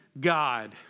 God